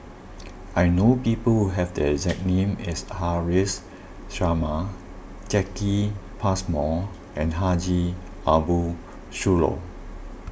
I know people who have the exact name as Haresh Sharma Jacki Passmore and Haji Ambo Sooloh